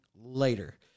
later